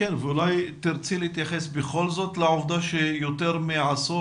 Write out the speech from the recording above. אולי תרצי להתייחס בכל זאת לעובדה שיותר מעשור